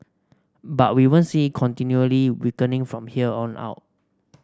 but we won't see it continually weakening from here on out